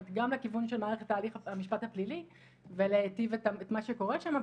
של מערכת הליך המשפט הפלילי ולהיטיב את מה שקורה שם,